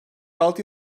altı